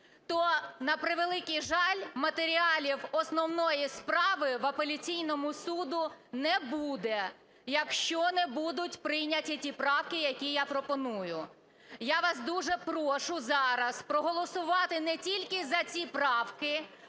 то, на превеликий жаль, матеріалів основної справи в апеляційному суді не буде, якщо не будуть прийняті ті правки, які я пропоную. Я вас дуже прошу зараз проголосувати не тільки за ці правки,